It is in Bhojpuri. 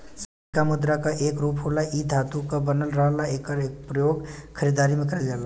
सिक्का मुद्रा क एक रूप होला इ धातु क बनल रहला एकर प्रयोग खरीदारी में करल जाला